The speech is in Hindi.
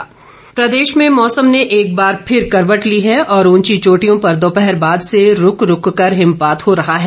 मौसम प्रदेश में मौसम ने एक बार फिर करवट ली है और ऊंची चोटियों पर दोपहर बाद से रूक रूक कर हिमपात हो रहा है